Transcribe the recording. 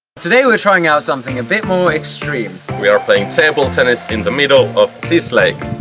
today we are trying out something a bit more extreme. we are playing table tennis in the middle of this lake!